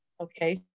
Okay